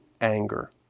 anger